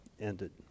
ended